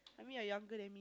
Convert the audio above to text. I mean you're younger than